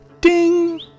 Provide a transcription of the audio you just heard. ding